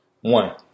One